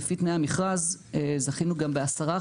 לפי תנאי המכרז זכינו גם ב-10%,